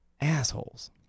Assholes